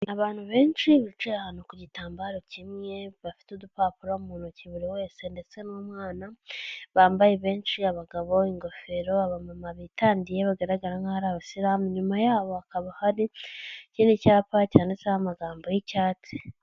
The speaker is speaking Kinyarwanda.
Abantu benshi bicaye ahantu ku gitambaro kimwe, bafite udupapuro mu ntoki buri wese ndetse n'umwana, bambaye benshi abagabo ingofero, abamama bitandiye bagaragara nkaho ari abasilamu, inyuma yabo hakaba hari ikindi cyapa cyanditseho amagambo y'icyatsi.